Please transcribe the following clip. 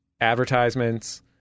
advertisements